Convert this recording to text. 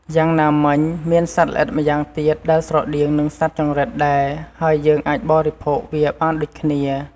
យ៉ាងណាមិញ មានសត្វល្អិតម្យ៉ាងទៀតដែលស្រដៀងនឹងសត្វចង្រិតដែរ ហើយយើងអាចបរិភោគវាបានដូចគ្នា។